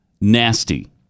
nasty